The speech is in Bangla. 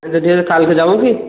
আচ্ছা ঠিক আছে কালকে যাবো কি